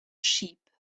sheep